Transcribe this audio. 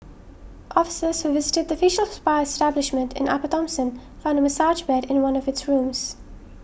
officers who visited the facial spa establishment in Upper Thomson found a massage bed in one of its rooms